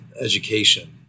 education